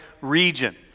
region